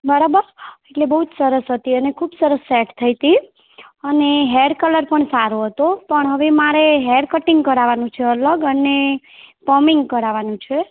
બરાબર એટલે બહુ જ સરસ હતી અને ખૂબ સરસ સેટ થઇ હતી અને હેર કલર પણ સારો હતો પણ હવે મારે માટે હેર કટિંગ કરાવવાનું છે અલગ અને પમિંગ કરાવવાનું છે